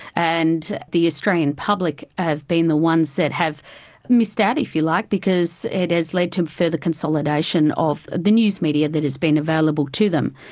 and the australian public have been the ones that have missed out, if you like, because it has led to further consolidation of the news media that has been available to them.